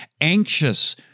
anxious